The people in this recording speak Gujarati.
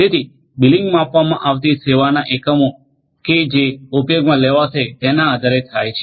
તેથી બિલિંગ માપવામાં આવતી સેવાના એકમો કે જે ઉપયોગમાં લેવાશે તેના આધારે થાય છે